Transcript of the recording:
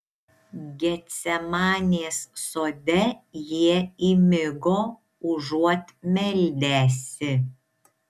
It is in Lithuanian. getsemanės sode jie įmigo užuot meldęsi